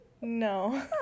No